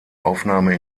aufnahme